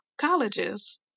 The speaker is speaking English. colleges